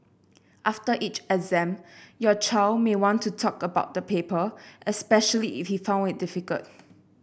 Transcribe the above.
after each exam your child may want to talk about the paper especially if he found it difficult